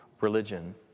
religion